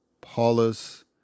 Paulus